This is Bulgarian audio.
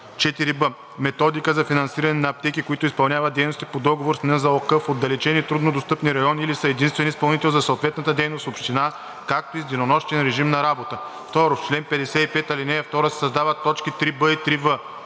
4б. методика за финансиране на аптеки, които изпълняват дейности по договор с НЗОК в отдалечени, труднодостъпни райони или са единствен изпълнител за съответната дейност в община, както и с денонощен режим на работа.“ 2. В чл. 55, ал. 2 се създават т. 3б и 3в: